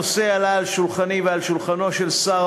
הנושא עלה על שולחני ועל שולחנו של שר